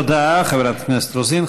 תודה, חברת הכנסת רוזין.